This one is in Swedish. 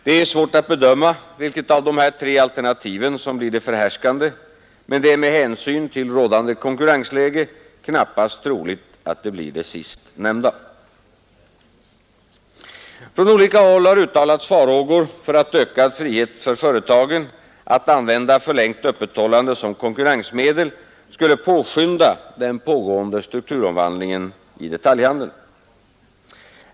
Det är svårt att bedöma vilket av dessa tre alternativ som blir det förhärskande, men det är med hänsyn till rådande konkurrensläge knappast troligt att det blir det sist nämnda. Från olika håll har uttalats farhågor för att ökad frihet för företagen att använda förlängt öppethållande som konkurrensmedel skulle påskynda den pågående strukturomvandlingen i detaljhandeln.